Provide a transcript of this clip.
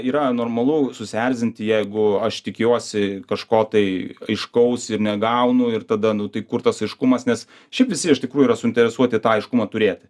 yra normalu susierzinti jeigu aš tikiuosi kažko tai aiškaus ir negaunu ir tada nu tai kur tas aiškumas nes šiaip visi iš tikrųjų yra suinteresuoti tą aiškumą turėti